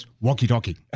walkie-talkie